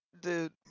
dude